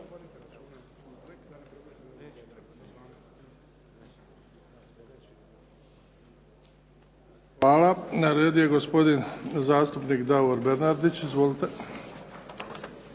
Hvala. Na redu je gospodin zastupnik Davor Bernardić, izvolite.